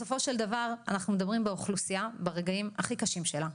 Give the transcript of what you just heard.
בסופו של דבר אנחנו מדברים על האוכלוסייה ברגעים הכי קשים שלה,